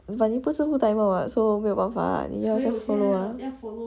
but 你不是 full timer [what] so 没有办法 ah 你要就 follow ah